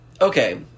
okay